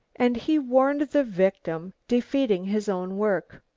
and he warned the victim, defeating his own work.